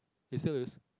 there still is